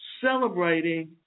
Celebrating